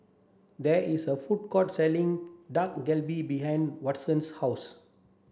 there is a food court selling Dak Galbi behind Watson's house